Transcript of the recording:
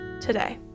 today